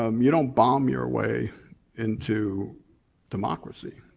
um you don't bomb your way into democracy.